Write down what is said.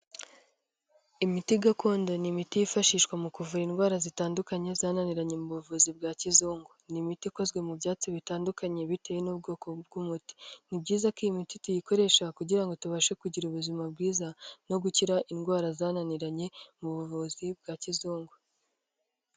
Imiti gakondo ni imiti yifashishwa mu kuvura indwara zitandukanye zananiranye mu buvuzi bwa kizungu, ni imiti ikozwe mu byatsi bitandukanye bitewe n'ubwoko bw'umuti. Ni byiza ko iyi miti tuyikoresha kugira ngo tubashe kugira ubuzima bwiza, no gukira indwara zananiranye mu buvuzi bwa kizungu.